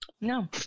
No